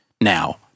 Now